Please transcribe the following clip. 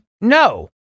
no